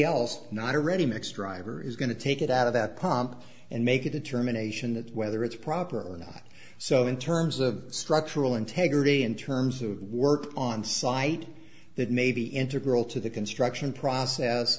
else not a ready mix driver is going to take it out of that pump and make a determination of whether it's proper or not so in terms of structural integrity in terms of work on site that may be integral to the construction process